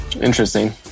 Interesting